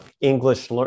English